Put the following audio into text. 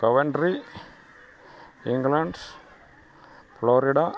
coventry England Florida